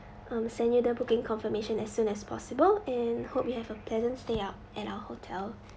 um send you the booking confirmation as soon as possible and hope you have a pleasant stay at at our hotel